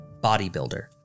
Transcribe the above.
bodybuilder